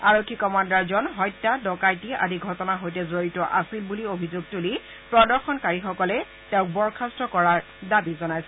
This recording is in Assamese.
আৰক্ষী কমাণ্ডাৰজন হত্যা ডকাইতি আদি ঘটনাৰ সৈতে জড়িত আছিল বুলি অভিযোগ তুলি প্ৰদৰ্শনকাৰীসকলে তেওঁক বৰ্খাস্ত কৰাৰ দাবী জনাইছিল